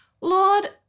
Lord